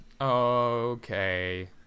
okay